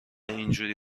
اینجوری